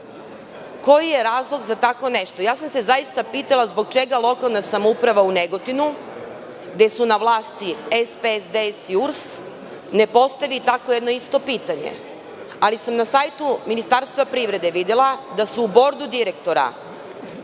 Koji je razlog za tako nešto? Zaista sam se pitala zbog čega lokalna samouprava u Negotinu, gde su na vlasti SPS, DS i URS ne postavi takvo jedno isto pitanje. Na sajtu Ministarstva privrede sam videla da se u bordu direktora